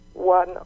One